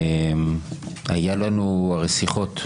היו לנו שיחות,